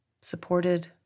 supported